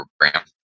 program